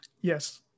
Yes